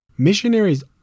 Missionaries